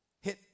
hit